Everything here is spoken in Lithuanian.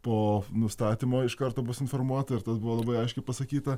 po nustatymo iš karto bus informuota ir tas buvo labai aiškiai pasakyta